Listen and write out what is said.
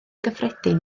gyffredin